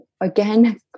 again